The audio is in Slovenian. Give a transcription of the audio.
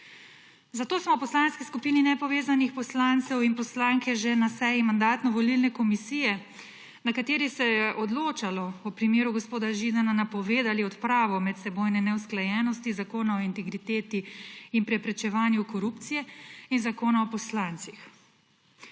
Zato smo v Poslanski skupini nepovezanih poslancev in poslanke že na seji Mandatno-volilne komisije, na kateri se je odločalo o primeru gospodu Židana, napovedali odpravo medsebojne neusklajenosti Zakona o integriteti in preprečevanju korupcije in Zakona o poslancih.